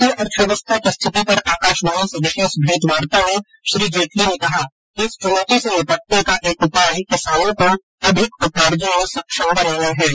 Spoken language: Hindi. भारतीय अर्थव्यवस्था की स्थिति पर आकाशवाणी से विशेष भेंटवार्ता में श्री जेटली ने कहा कि इस चुनौती से निपटने का एक उपाय किसानों को अधिक उपार्जन में सक्षम बनाना है